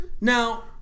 Now